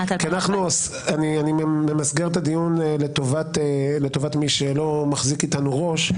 אני ממסגר את הדיון לטובת מי שלא מחזיק איתנו ראש.